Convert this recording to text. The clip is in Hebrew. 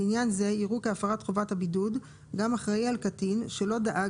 לעניין זה יראו כהפרת חובת הבידוד גם אחראי על קטין שלא דאג